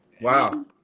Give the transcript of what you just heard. Wow